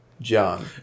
John